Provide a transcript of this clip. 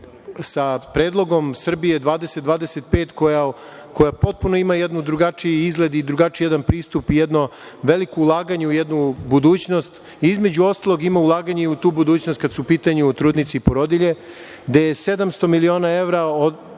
sa predlogom Srbije 2020.-2025. koja potpuno ima jedan drugačiji izgled i drugačiji jedan pristup i jedno veliko ulaganje u jednu budućnost i između ostalog ima ulaganje i u tu budućnost, kaa su u pitanju trudnice i porodilje, gde je 700 miliona evra